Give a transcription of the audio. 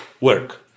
Work